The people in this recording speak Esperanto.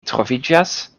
troviĝas